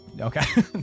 okay